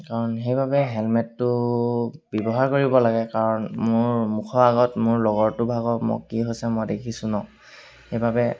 কাৰণ সেইবাবে হেলমেটটো ব্যৱহাৰ কৰিব লাগে কাৰণ মোৰ মুখৰ আগত মোৰ লগৰটো ভাগৰ মোক কি হৈছে মই দেখিছোঁ ন সেইবাবে